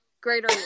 Greater